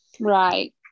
Right